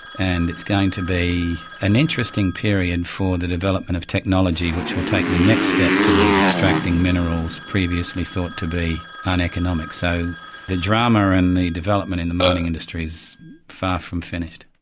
and it's going to be an interesting period for the development of technology which will take the next step towards extracting minerals previously thought to be uneconomic. so the drama and the development in the mining industry is far from finished.